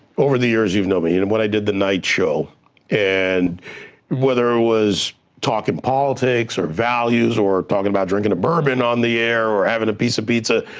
over the years you've known me, and and when i did the night show and whether it was talking politics or values or talking about drinking a bourbon on the air or having a piece of pizza,